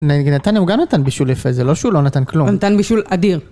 נגיד, נתניה הם גם נתן בישול יפה, זה לא שהוא לא נתן כלום. הוא נתן בשול אדיר.